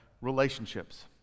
relationships